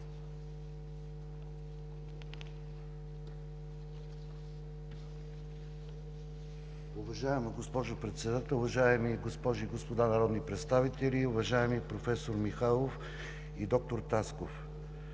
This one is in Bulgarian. Уважаема госпожо Председател, уважаеми госпожи и господа народни представители, уважаеми професор Михайлов и доктор Тасков!